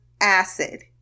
acid